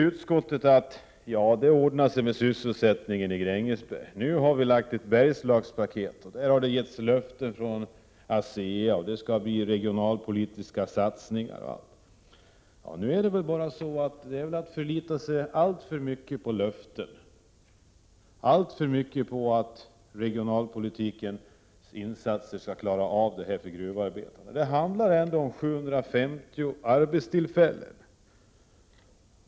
Utskottet säger: Det ordnar sig med sysselsättningen i Grängesberg. Nu har vi lagt fram ett Bergslagspaket. ASEA har avgett en del löften, regionalpolitiska satsningar skall göras etc. Men inte kan man väl ändå förlita sig alltför mycket på dessa löften och tro att det med hjälp av regionalpolitiska insatser skall vara möjligt att klara gruvarbetarnas sysselsättning. Det handlar ändå om 750 arbetstillfällen.